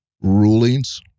rulings